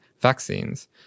vaccines